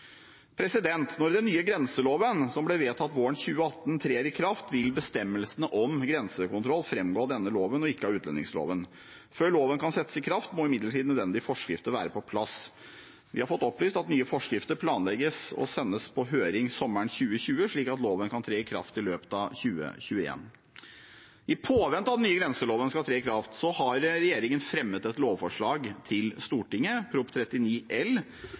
Når den nye grenseloven, som ble vedtatt våren 2018, trer i kraft, vil bestemmelsene om grensekontroll framgå av denne loven og ikke av utlendingsloven. Før loven kan settes i kraft, må imidlertid nødvendige forskrifter være på plass. Vi har fått opplyst at nye forskrifter planlegges sendt på høring før sommeren 2020, slik at loven kan tre i kraft i løpet av 2021. I påvente av at den nye grenseloven skal tre i kraft, har regjeringen fremmet et lovforslag for Stortinget, Prop. 39 L